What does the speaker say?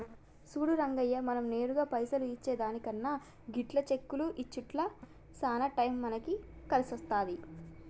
సూడు రంగయ్య మనం నేరుగా పైసలు ఇచ్చే దానికన్నా గిట్ల చెక్కులు ఇచ్చుట్ల సాన టైం మనకి కలిసొస్తాది